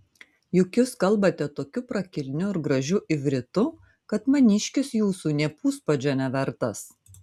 juk jūs kalbate tokiu prakilniu ir gražiu ivritu kad maniškis jūsų nė puspadžio nevertas